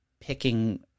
picking